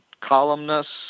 columnists